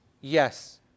Yes